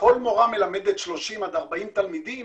כל מורה מלמדת 30-40 תלמידים